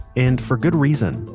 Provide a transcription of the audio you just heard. and for good reason.